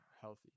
healthy